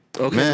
Okay